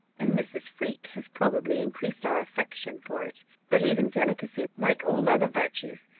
and mrs. freke has probably increased our affection for it but even delicacy, like all other virtues,